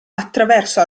attraverso